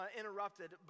interrupted